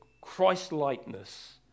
Christ-likeness